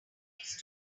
next